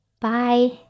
Bye